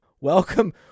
Welcome